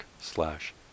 slash